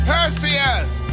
Perseus